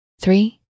three